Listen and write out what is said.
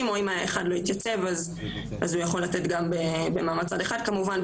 או אם אחד לא התייצב אז הוא יכול לתת גם במעמד צד אחד כמובן,